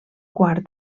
quart